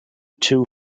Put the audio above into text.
two